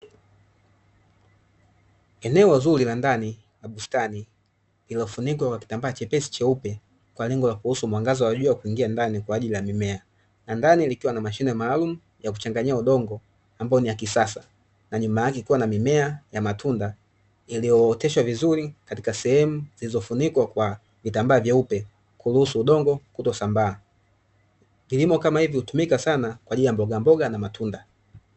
Eneo zuri la ndani la bustani lililofunikwa kwa kitambaa chepesi cheupe, kwa lengo la kuruhusu mwangaza wa jua kuingia ndani kwa ajili ya mimea. Kwa ndani likiwa na mashine maalumu ya kuchanganyia udongo ambayo ni ya kisasa, na nyuma yake kukiwa na mimea ya matunda, iliyooteshwa vizuri katika sehemu zilizofunikwa kwa vitambaa vyeupe kuruhusu udongo kutosambaa. Kilimo kama hiki hutumika sana kwa ajili ya mbogamboga na matunda.